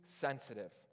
sensitive